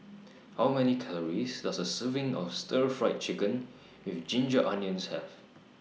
How Many Calories Does A Serving of Stir Fried Chicken with Ginger Onions Have